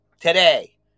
today